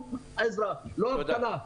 שום עזרה לא אבטלה,